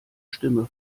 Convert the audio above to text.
stimme